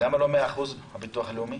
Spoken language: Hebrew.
למה לא 100% הביטוח הלאומי?